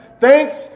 Thanks